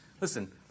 listen